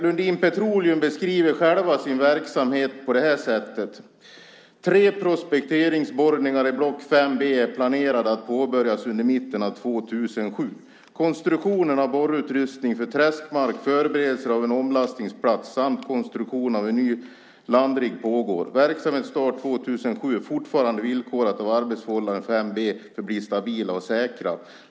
Lundin Petroleum beskriver själva sin verksamhet på det här sättet: Tre prospekteringsborrningar i Block 5 B är planerade att påbörjas under mitten av 2007. Konstruktionen av borrutrustning för träskmark, förberedelser av en omlastningsplats samt konstruktion av en ny landrigg pågår. Verksamhetsstart 2007 är fortfarande villkorat av att arbetsförhållandena i Block 5 B förblir stabila och säkra.